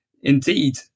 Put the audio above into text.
indeed